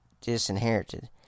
disinherited